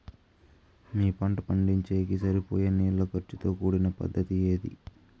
మీ పంట పండించేకి సరిపోయే నీళ్ల ఖర్చు తో కూడిన పద్ధతి ఏది?